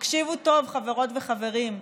תקשיבו טוב, חברות וחברים.